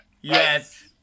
Yes